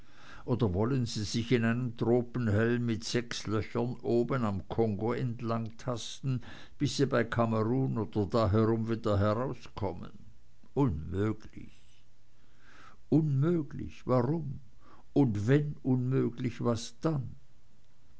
oder wollen sie sich in einem tropenhelm mit sechs löchern oben am kongo entlangtasten bis sie bei kamerun oder da herum wieder herauskommen unmöglich unmöglich warum und wenn unmöglich was dann